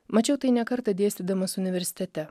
mačiau tai ne kartą dėstydamas universitete